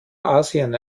asien